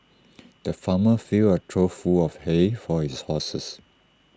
the farmer filled A trough full of hay for his horses